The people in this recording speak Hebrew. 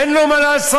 אין לו מה לעשות?